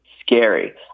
scary